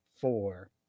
four